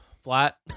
Flat